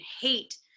hate